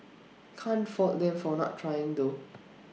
can't fault them for not trying though